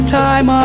time